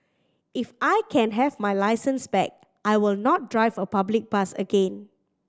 if I can have my licence back I will not drive a public bus again